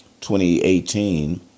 2018